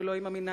ולא עם המינהל,